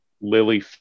Lily